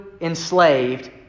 enslaved